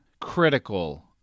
critical